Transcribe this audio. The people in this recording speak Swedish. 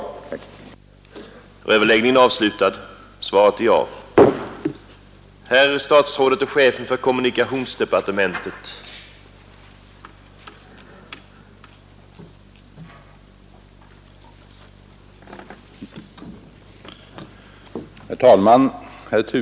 FSS Om ökad elektrifi